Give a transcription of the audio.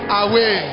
away